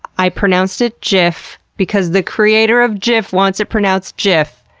i pronounced it gif because the creator of gif wants it pronounced gif.